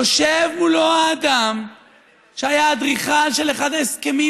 יושב מולו האדם שהיה אדריכל של אחד ההסכמים